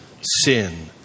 sin